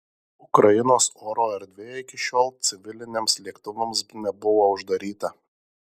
ukrainos oro erdvė iki šiol civiliniams lėktuvams nebuvo uždaryta